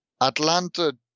Atlanta